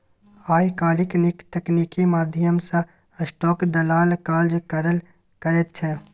आय काल्हि नीक तकनीकीक माध्यम सँ स्टाक दलाल काज करल करैत छै